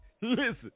Listen